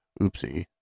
Oopsie